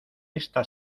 esta